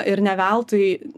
ir ne veltui